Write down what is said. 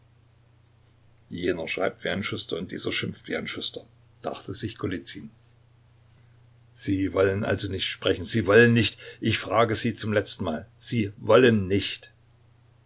jener schreibt wie ein schuster und dieser schimpft wie ein schuster dachte sich golizyn sie wollen also nicht sprechen sie wollen nicht ich frage sie zum letzten mal sie wollen nicht